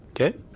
okay